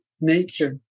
nature